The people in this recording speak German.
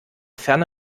ferne